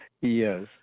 Yes